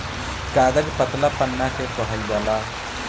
कागज पतला पन्ना के कहल जाला